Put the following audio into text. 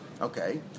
Okay